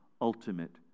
ultimate